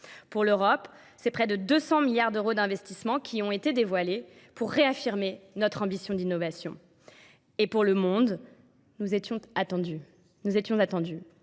Pour l'Europe, c'est près de 200 milliards d'euros d'investissement qui ont été dévoilés pour réaffirmer notre ambition d'innovation. Et pour le monde, nous étions attendus. Nous étions attendus